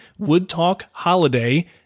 WoodTalkHoliday